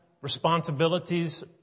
responsibilities